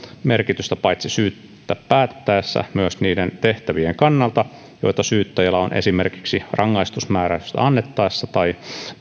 merkitystä paitsi syytettä päätettäessä myös niiden tehtävien kannalta joita syyttäjällä on esimerkiksi rangaistusmääräystä annettaessa tai